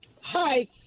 Hi